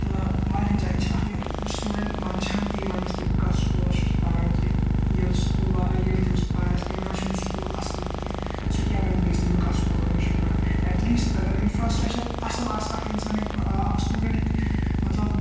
تہٕ وارِیاہَن جایَن چھ اَکھ سِٹوڈَنٹ مَنٛدچھان تہِ یہِ وَننَس کہِ بہٕ کَتھ سُکۄلَس چھُس پَران کہِ ییٚلہِ سُکول آیہِ ییٚلہِ تٔمِس پاے آسہِ یِمَن نا چھِنہٕ سکول اَصٕل کہینۍ سُہ کیاہ ونہِ بیٚیِس کہِ بہٕ کَتھ سکولَس منٛز چھُس پَران ایٹ لیسٹہٕ اَگَر اِنفراسِٹرَکچَر اَصٕل آسہِ اَکھ اِنسان ہیٚکہِ اَکھ سِٹوڈَنٹ ہیٚکہِ مَطلَب